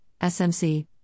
SMC